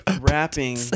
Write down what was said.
rapping